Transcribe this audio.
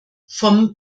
vom